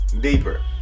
deeper